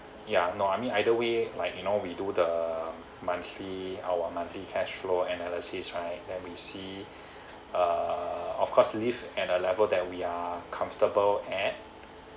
ya no I mean either way like you know we do the monthly our monthly cash flow analyses right then we see uh of course live at a level that we are comfortable at